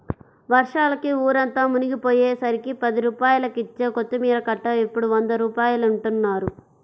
వర్షాలకి ఊరంతా మునిగిపొయ్యేసరికి పది రూపాయలకిచ్చే కొత్తిమీర కట్ట ఇప్పుడు వంద రూపాయలంటన్నారు